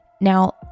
Now